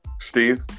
Steve